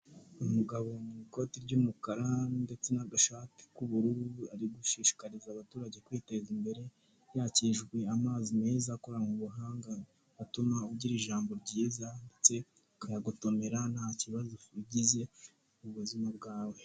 Umugabo mu ikoti ry'umukara ndetse n'agashati k'ubururu ari gushishikariza abaturage kwiteza imbere yakirijwe amazi meza akoranwe ubuhanga atuma ugira ijambo ryiza ndetse ukayagotomera nta kibazo ugize mu buzima bwawe.